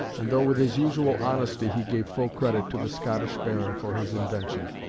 and though with his usual honesty he gave full credit to the scottish baron for his invention.